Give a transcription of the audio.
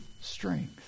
strength